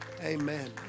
Amen